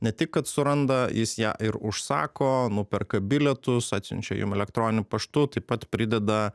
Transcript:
ne tik kad suranda jis ją ir užsako nuperka bilietus atsiunčia jum elektroniniu paštu taip pat prideda